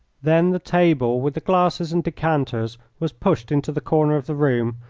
then the table, with the glasses and decanters, was pushed into the corner of the room,